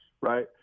right